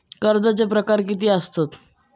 कर्जाचे प्रकार कीती असतत?